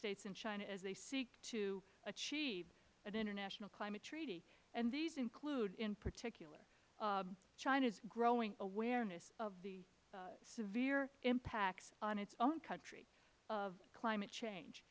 states and china as they seek to achieve an international climate treaty and these include in particular china's growing awareness of the severe impacts on its own country of climate